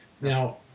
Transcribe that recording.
now